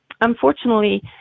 Unfortunately